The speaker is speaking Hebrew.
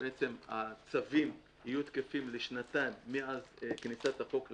שהצווים יהיו תקפים לשנתיים מאז כניסת החוק לתוקף.